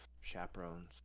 chaperones